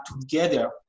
together